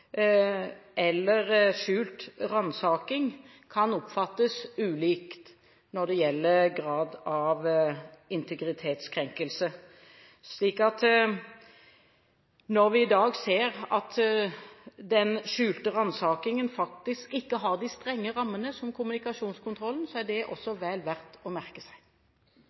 eller skjult ransaking kan oppfattes ulikt når det gjelder grad av integritetskrenkelse. Når vi dag ser at den skjulte ransakingen faktisk ikke har de strenge rammene som kommunikasjonskontrollen har, er det også vel verdt å merke seg.